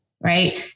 Right